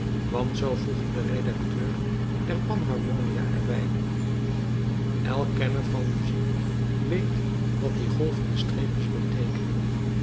want zoo voegde de redacteur der panharmonia er bij elk kenner van muziek weet wat die golvende streepjes beteekenen